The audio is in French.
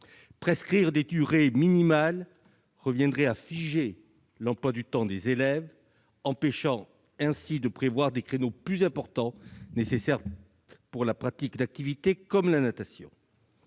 prescrire des durées minimales reviendrait à figer l'emploi du temps des élèves, empêchant ainsi de prévoir des créneaux plus importants, nécessaires à la pratique de certaines activités comme la natation.